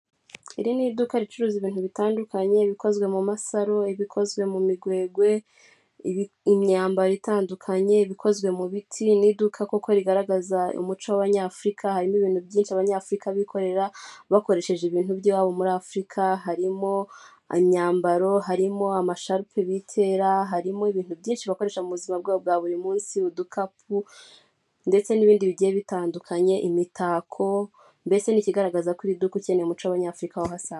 Iri ni iduka ricuruza ibintu bitandukanye bikozwe mu masaro, ibikozwe mu migwegwe, imyambaro itandukanye ibakozwe mu biti n'iduka kuko rigaragaza umuco w'abanyafurika harimo ibintu byinshi abanyafurika bikorera bakoresheje ibintu by'iwabo muri afurika harimo imyambaro, harimo amashape bitera, harimo ibintu byinshi bakoresha mu buzima bwabo bwa buri munsi, udukapu ndetse n'ibindi bigiye bitandukanye, imitako mbese n'ikigaragaza ko iri duka ukeneye umuco w'abanyafurika wabahasanga.